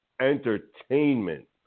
Entertainment